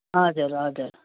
हजुर हजुर